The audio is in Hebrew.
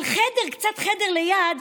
אבל חדר, חדר ליד,